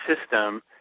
system